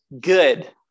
good